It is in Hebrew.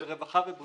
של הרווחה והבריאות,